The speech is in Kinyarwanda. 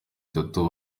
itatu